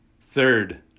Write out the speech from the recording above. Third